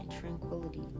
tranquility